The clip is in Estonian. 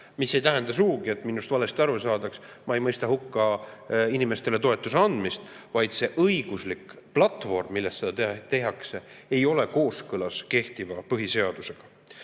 ka praegu. Ärge minust valesti aru saage, ma ei mõista hukka inimestele toetuse andmist, vaid see õiguslik platvorm, mille alusel seda tehakse, ei ole kooskõlas kehtiva põhiseadusega.